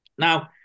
Now